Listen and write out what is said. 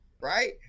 Right